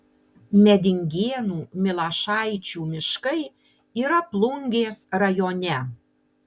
medingėnų milašaičių miškai yra plungės rajone